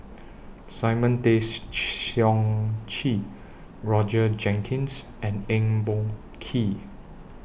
Simon Tay Seong Chee Roger Jenkins and Eng Boh Kee